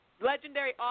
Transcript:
Legendary